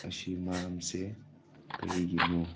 ꯑꯁꯤ ꯃꯔꯝꯁꯦ ꯀꯔꯤꯒꯤꯅꯣ